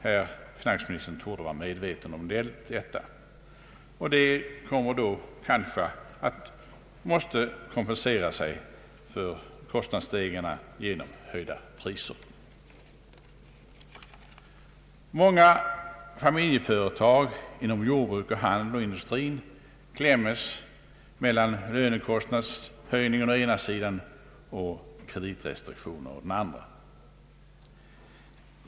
Herr finansmistern torde vara medveten om detta. Företagen kommer kanske att vara tvungna att kompensera sig för kostnadsstegringarna genom höjda priser. Många familjeföretag inom jordbruk, handel och industri kläms mellan lönekostnadshöjningen å ena sidan och kre ditrestriktionerna å den andra.